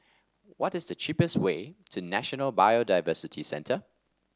what is the cheapest way to National Biodiversity Centre